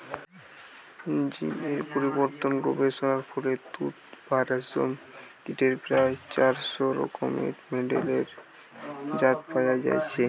জীন এর পরিবর্তন গবেষণার ফলে তুত বা রেশম কীটের প্রায় চারশ রকমের মেডেলের জাত পয়া যাইছে